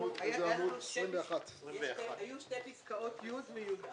עמוד 24. היו שתי פסקאות, (י) ו-(יא),